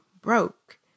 broke